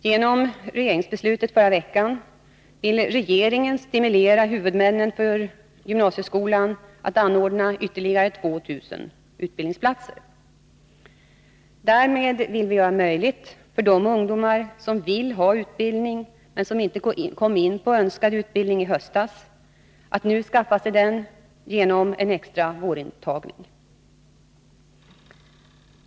Genom regeringsbeslutet förra veckan vill regeringen stimulera huvudmännen för gymnasieskolan att anordna ytterligare 2 000 utbildningsplatser. Därmed vill vi göra det möjligt för de ungdomar som vill ha utbildning men som inte kom in på önskad utbildning i höstas att nu skaffa sig den genom en extra vårintagning.